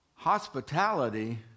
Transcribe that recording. hospitality